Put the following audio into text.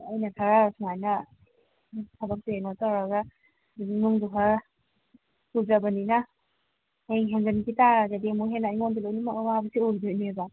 ꯑꯩꯅ ꯈꯔ ꯁꯨꯃꯥꯏꯅ ꯊꯕꯛꯁꯦ ꯀꯩꯅꯣ ꯇꯧꯔꯒ ꯏꯃꯨꯡꯁꯨ ꯈꯔ ꯄꯨꯖꯕꯅꯤꯅ ꯍꯌꯦꯡ ꯍꯦꯟꯖꯤꯟꯈꯤꯇꯥꯔꯒꯗꯤ ꯑꯃꯨꯛ ꯍꯦꯟꯅ ꯑꯩꯉꯣꯟꯗ ꯂꯣꯏꯅꯃꯛ ꯑꯋꯥꯕꯁꯤ ꯑꯣꯏꯗꯣꯏꯅꯦꯕ